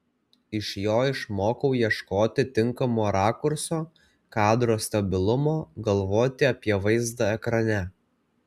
iš jo išmokau ieškoti tinkamo rakurso kadro stabilumo galvoti apie vaizdą ekrane